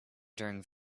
during